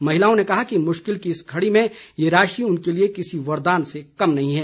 महिलाओं ने कहा कि मुश्किल की इस घड़ी में ये राशि उनके लिए किसी वरदान से कम नहीं है